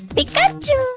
Pikachu